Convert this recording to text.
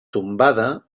tombada